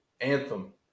Anthem